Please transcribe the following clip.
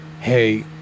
hey